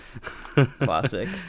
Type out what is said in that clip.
Classic